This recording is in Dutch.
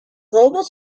robot